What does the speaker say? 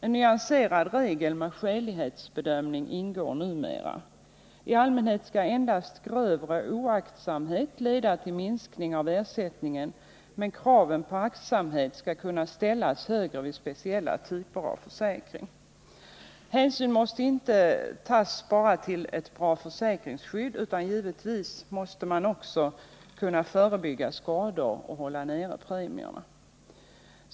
En nyanserad regel med en skälighetsbedömning ingår numera. I allmänhet skall endast grövre oaktsamhet leda till minskning av ersättningen, men kraven på aktsamhet skall kunna ställas högre vid speciella typer av försäkring. Hänsyn måste tas inte bara till ett bra försäkringsskydd utan givetvis också till möjligheten att förebygga skador och hålla nere premierna.